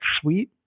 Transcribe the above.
sweet